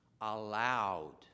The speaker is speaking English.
allowed